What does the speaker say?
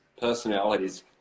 personalities